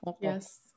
yes